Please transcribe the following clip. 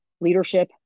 leadership